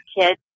kids